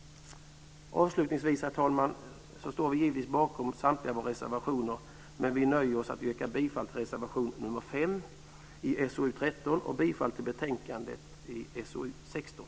Avslutningsvis, herr talman, står vi givetvis bakom samtliga våra reservationer, men nöjer oss med att yrka bifall till reservation 5 till SoU13 och bifall till förslaget i betänkande SoU16.